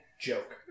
Joke